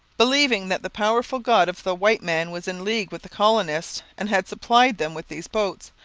believing that the powerful god of the white man was in league with the colonists, and had supplied them with these boats,